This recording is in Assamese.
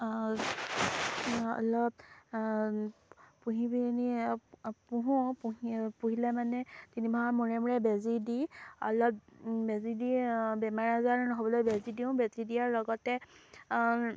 অলপ পুহি পিনি পুহোঁ পুহি পুহিলে মানে তিনিমাহৰ মূৰে মূৰে বেজী দি অলপ বেজী দি বেমাৰ আজাৰ নহ'বলৈ বেজী দিওঁ বেজী দিয়াৰ লগতে